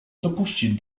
dopuścić